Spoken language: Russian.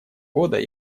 года